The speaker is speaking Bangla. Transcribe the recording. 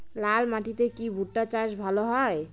লাল মাটিতে কি ভুট্টা চাষ ভালো হয়?